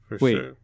Wait